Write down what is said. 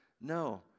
No